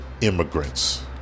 immigrants